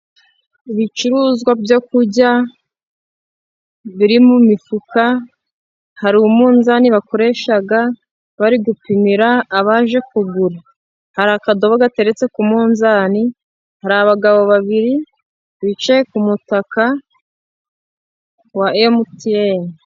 Ibicuruzwa byo kurya biri mu mifuka. Hari umunzani bakoresha bari gupimira abaje kugura. Hari akadobo gateretse ku munzani, hari abagabo babiri bicaye ku mutaka wa mtn.